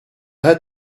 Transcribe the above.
had